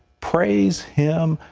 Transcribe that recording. praise him,